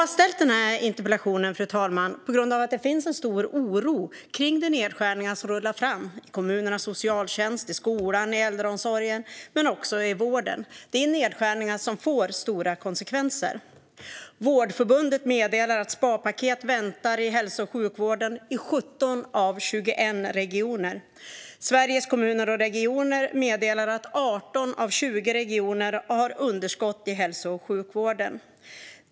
Jag ställde denna interpellation på grund av att det finns en stor oro över de nedskärningar som rullar fram i kommunernas socialtjänst, i skolan, i äldreomsorgen och i vården. Detta är nedskärningar som får stora konsekvenser. Vårdförbundet meddelar att sparpaket väntar i hälso och sjukvården i 17 av 21 regioner. Sveriges Kommuner och Regioner meddelar att 18 av 20 regioner har underskott i hälso och sjukvården.